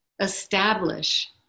establish